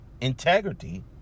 integrity